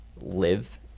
live